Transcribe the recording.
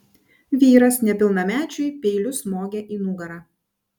vyras nepilnamečiui peiliu smogė į nugarą